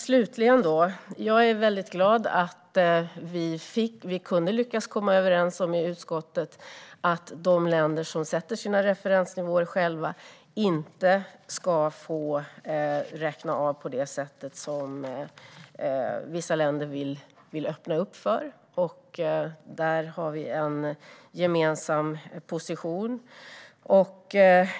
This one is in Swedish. Slutligen är jag väldigt glad att vi kunde komma överens om i utskottet att de länder som sätter sina referensnivåer själva inte ska få räkna av på det sätt som vissa länder vill öppna för. Där har vi en gemensam position.